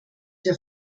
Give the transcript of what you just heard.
der